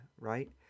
Right